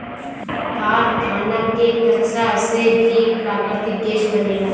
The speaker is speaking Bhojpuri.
कारखाना के कचरा से भी प्राकृतिक गैस बनेला